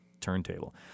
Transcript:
turntable